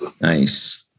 Nice